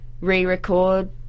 re-record